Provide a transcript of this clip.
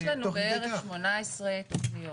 יש לנו בערך 18 תכניות.